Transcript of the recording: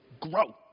grow